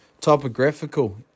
Topographical